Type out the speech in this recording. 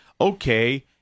Okay